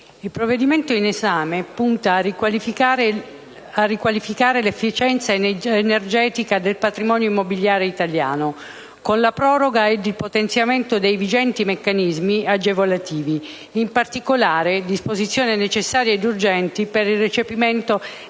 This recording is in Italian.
il provvedimento in esame punta a riqualificare l'efficienza energetica del patrimonio immobiliare italiano con la proroga ed il potenziamento dei vigenti meccanismi agevolativi; in particolare, reca disposizioni necessarie ed urgenti per il recepimento